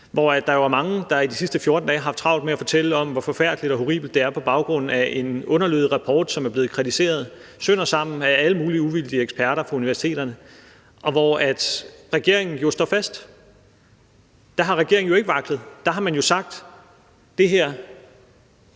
hvor der er mange, der i de sidste 14 dage har haft travlt med at fortælle om, hvor forfærdeligt og horribelt det er, på baggrund af en underlødig rapport, som er blevet kritiseret sønder og sammen af alle mulige uvildige eksperter fra universiteterne, og hvor regeringen står fast. Der har regeringen jo ikke vaklet. Der har man sagt: Det her